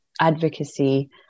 advocacy